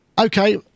Okay